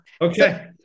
Okay